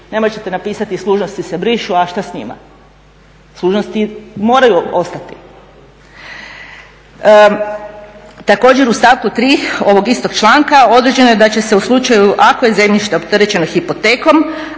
Ne možete napisati služnosti se brišu, a šta s njima. Služnosti moraju ostati. Također u stavku 3. ovog istog članka određeno je da će se u slučaju ako je zemljište opterećeno hipotekom,